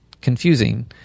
confusing